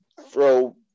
throw